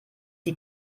die